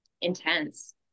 intense